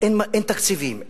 אין תקציבים,